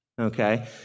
okay